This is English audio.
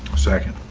second.